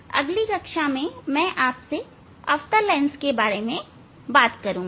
अगली कक्षा में मैं आप से अवतल लेंस के बारे में बात करूंगा